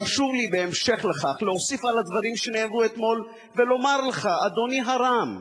חשוב לי בהמשך לכך להוסיף על הדברים שנאמרו אתמול ולומר לך: אדוני הרם,